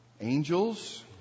Angels